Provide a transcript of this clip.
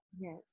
yes